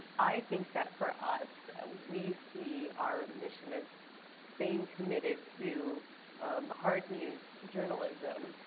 i think that for us we see our mission as staying committed to hard news journalism,